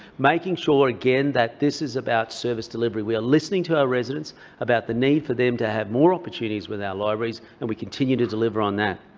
making sure again that this is about service delivery. we are listening to our residents about the need for them to have more opportunities within our libraries, and we continue to deliver on that.